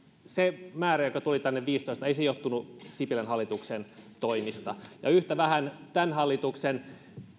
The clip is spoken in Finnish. se määrä joka tuli tänne kaksituhattaviisitoista ei johtunut sipilän hallituksen toimista yhtä vähän tämän hallituksen